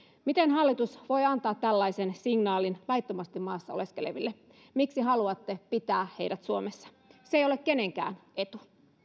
miten hallitus voi antaa tällaisen signaalin laittomasti maassa oleskeleville miksi haluatte pitää heidät suomessa se ei ole kenenkään etu